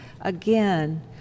Again